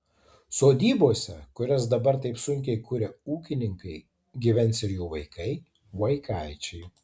sodybose kurias dabar taip sunkiai kuria ūkininkai gyvens ir jų vaikai vaikaičiai